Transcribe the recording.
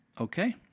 okay